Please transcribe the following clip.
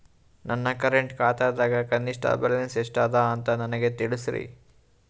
ನನ್ನ ಕರೆಂಟ್ ಖಾತಾದಾಗ ಕನಿಷ್ಠ ಬ್ಯಾಲೆನ್ಸ್ ಎಷ್ಟು ಅದ ಅಂತ ನನಗ ತಿಳಸ್ರಿ